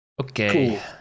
Okay